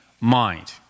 mind